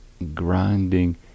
Grinding